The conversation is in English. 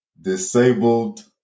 Disabled